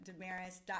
Damaris